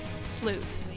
Sleuth